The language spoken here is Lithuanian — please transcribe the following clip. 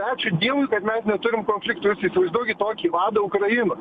ačiū dievui kad mes neturim konfliktų jūs įsivaizduokit tokį vadą ukrainos